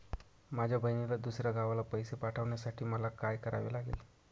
माझ्या बहिणीला दुसऱ्या गावाला पैसे पाठवण्यासाठी मला काय करावे लागेल?